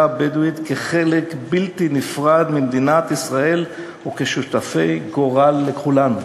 הבדואית כחלק בלתי נפרד ממדינת ישראל וכשותפי גורל לכולנו.